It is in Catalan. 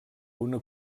una